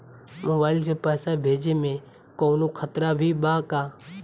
Mobile से पैसा भेजे मे कौनों खतरा भी बा का?